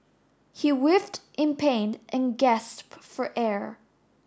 he writhed in pain and gasped for air